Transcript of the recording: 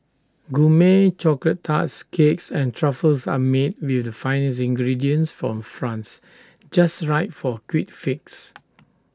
Gourmet Chocolate Tarts Cakes and truffles are made with the finest ingredients from France just right for A quick fix